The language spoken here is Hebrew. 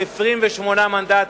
עם 28 מנדטים.